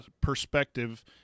perspective